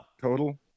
Total